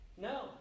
No